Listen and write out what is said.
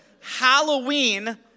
Halloween